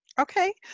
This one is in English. Okay